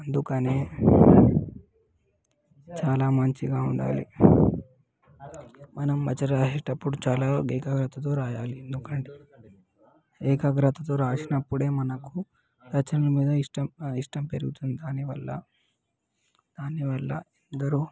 అందుకనే చాలా మంచిగా ఉండాలి మనం రచన రాసేటప్పుడు చాలా ఏకాగ్రతతో రాయాలి ఎందుకంటే ఏకాగ్రతతో రాసినప్పుడే మనకు రచనలు మీద ఇష్టం ఇష్టం పెరుగుతుంది దానివల్ల దానివల్ల అందరూ